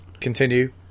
continue